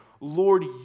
Lord